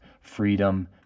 freedom